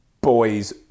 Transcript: boys